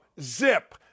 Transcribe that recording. zip